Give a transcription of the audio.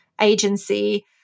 agency